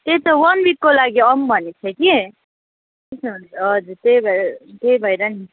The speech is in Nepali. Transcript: त्यही त वान विकको लागि आउँ भनेको थिएँ कि त्यही त हजुर त्यही भएर त्यही भएर नि